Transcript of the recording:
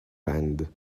band